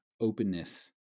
openness